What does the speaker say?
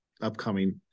upcoming